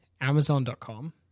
Amazon.com